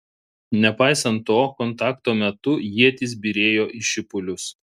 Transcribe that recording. nepaisant to kontakto metu ietys byrėjo į šipulius